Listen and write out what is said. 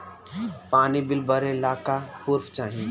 पानी बिल भरे ला का पुर्फ चाई?